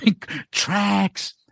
Tracks